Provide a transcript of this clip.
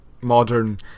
modern